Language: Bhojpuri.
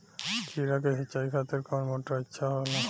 खीरा के सिचाई खातिर कौन मोटर अच्छा होला?